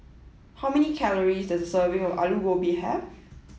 how many calories does a serving of Aloo Gobi have